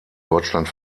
deutschland